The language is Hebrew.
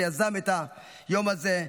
שיזם את היום הזה,